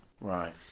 Right